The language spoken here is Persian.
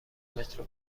مترو